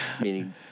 meaning